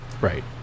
right